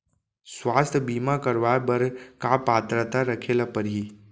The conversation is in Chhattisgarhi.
स्वास्थ्य बीमा करवाय बर का पात्रता रखे ल परही?